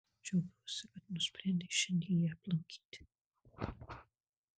džiaugiuosi kad nusprendei šiandien ją aplankyti